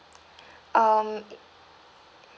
um